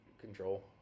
control